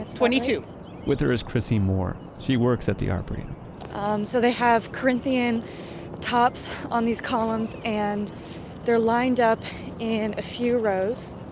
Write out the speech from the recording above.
twenty-two with her is chrissy moore. she works at the arboretum so they have corinthian tops on these columns and they're lined up in a few rows.